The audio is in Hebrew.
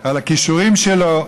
על הכישורים שלו,